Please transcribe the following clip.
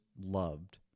loved